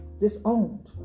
disowned